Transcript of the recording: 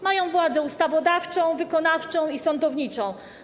Mają władzę: ustawodawczą, wykonawczą i sądowniczą.